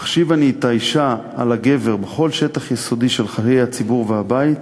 "מחשיב אני את האישה על הגבר בכל שטח יסודי של חיי הציבור והבית.